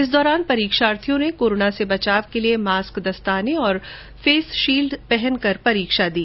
इस दौरान परीक्षार्थियों ने कोरोना से बचाव के लिए मास्क ग्लव्स और फेस शील्ड पहनकर परीक्षा दी